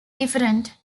different